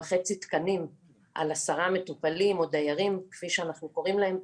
16.5 תקנים על 10 מטופלים או דיירים כפי שאנחנו קוראים להם,